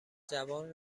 جوان